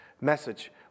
message